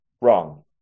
wrong